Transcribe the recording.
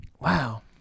Wow